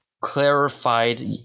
clarified